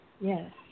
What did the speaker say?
Yes